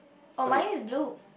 oh mine is blue